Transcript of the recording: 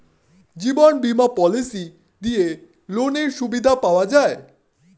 জীবন বীমা পলিসি দিয়ে কি লোনের সুবিধা পাওয়া যায়?